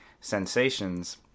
sensations